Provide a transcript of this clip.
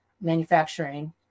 manufacturing